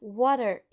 water